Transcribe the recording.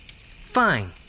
Fine